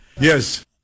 Yes